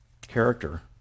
Character